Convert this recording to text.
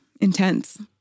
intense